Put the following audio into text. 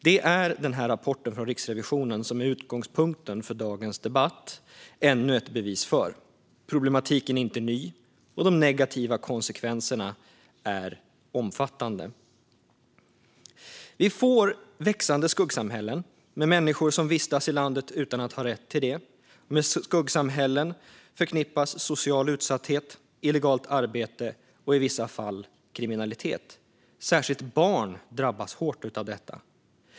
Det är rapporten från Riksrevisionen, som är utgångspunkt för dagens debatt, ännu ett bevis för. Problematiken är inte ny. De negativa konsekvenserna är omfattande. Vi får växande skuggsamhällen med människor som vistas i landet utan att ha rätt till det. Med skuggsamhällen förknippas social utsatthet, illegalt arbete och i vissa fall kriminalitet. Särskilt barn drabbas hårt av detta.